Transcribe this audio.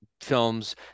films